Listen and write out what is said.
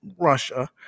Russia